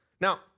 Now